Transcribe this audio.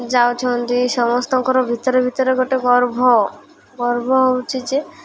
ଯାଉଛନ୍ତି ସମସ୍ତଙ୍କର ଭିତରେ ଭିତରେ ଗୋଟେ ଗର୍ବ ଗର୍ବ ହେଉଛି ଯେ